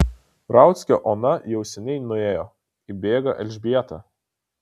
rauckio ona jau seniai nuėjo įbėga elžbieta